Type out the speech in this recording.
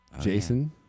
Jason